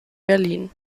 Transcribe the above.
berlin